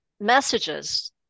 messages